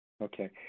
Okay